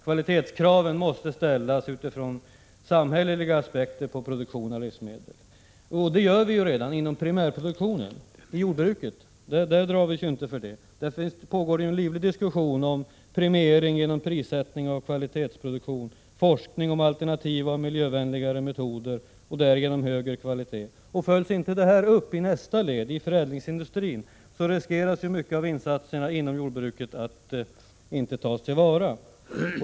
Kvalitetskraven måste ställas utifrån samhälleliga aspekter på produktion av livsmedel. Det gör vi redan inom primärproduktionen, dvs. inom jordbruket. Där drar vi oss inte för det. Inom jordbruket pågår en livlig diskussion om premiering genom prissättning av kvalitetsproduktion och om forskning om alternativa och miljövänligare metoder och därigenom högre kvalitet. Om inte detta följs upp i nästa led, dvs. i förädlingsindustrin, riskerar man att mycket av insatserna inom jordbruket inte tas till vara.